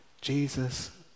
Jesus